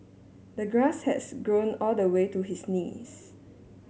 the grass has grown all the way to his knees